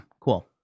Cool